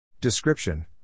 Description